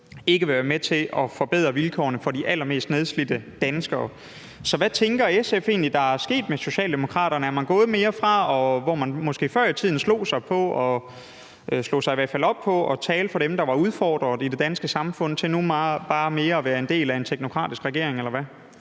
ikke vil være med til at forbedre vilkårene for de allermest nedslidte danskere. Hvad tænker SF egentlig der er sket med Socialdemokraterne? Er man gået fra, at man måske før i tiden slog sig op på at tale for dem, der var udfordret i det danske samfund, til nu bare mere at være en del af en teknokratisk regering, eller hvad?